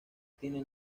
tiene